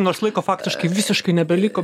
nors laiko faktiškai visiškai nebeliko